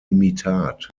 imitat